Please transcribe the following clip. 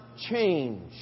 change